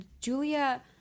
Julia